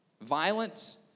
violence